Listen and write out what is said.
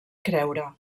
creure